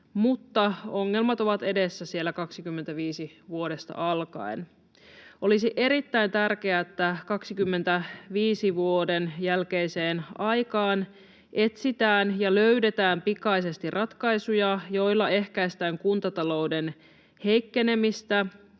mutta ongelmat ovat edessä vuodesta 25 alkaen. Olisi erittäin tärkeää, että vuoden 25 jälkeiseen aikaan etsitään ja löydetään pikaisesti ratkaisuja, joilla ehkäistään kuntatalouden heikkenemistä